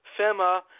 FEMA